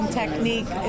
technique